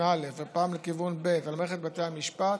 א' ופעם לכיוון ב' על מערכת בתי המשפט